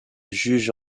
juge